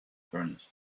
furnace